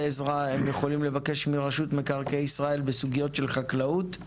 עזרה הם יכולים לבקש מרשות מקרקעי ישראל בסוגיות של חקלאות.